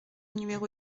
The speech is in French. numéro